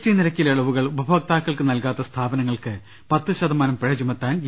T നിരക്കിലെ ഇളവുകൾ ഉപഭോക്താക്കൾക്ക് നൽകാത്ത സ്ഥാപ നങ്ങൾക്ക് പത്ത് ശതമാനം പിഴ ചുമത്താൻ ജി